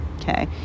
Okay